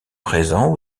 présent